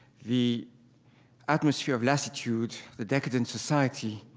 the atmosphere of lassitude, the decadent society,